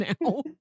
now